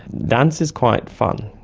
dance is quite fun,